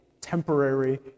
temporary